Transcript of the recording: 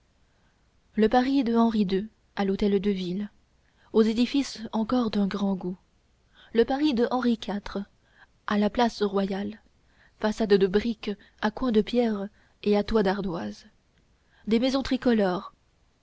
le paris de henri ii à l'hôtel de ville deux édifices encore d'un grand goût le paris de henri iv à la place royale façades de briques à coins de pierre et à toits d'ardoise des maisons tricolores